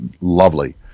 lovely